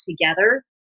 together